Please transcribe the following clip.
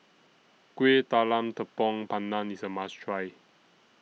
Kuih Talam Tepong Pandan IS A must Try